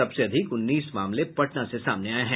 सबसे अधिक उन्नीस मामले पटना से सामने आये हैं